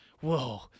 whoa